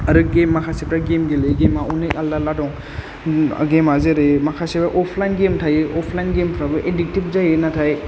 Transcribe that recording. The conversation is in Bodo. आरो गेम माखासेफ्रा गेम गेलेयो गेमा अनेख आलदा आलदा दं गेमा जेरै माखासे अफलाइन गेम थायो अफलाइन गेमफ्राबो एदिक्टिभ जायो नाथाय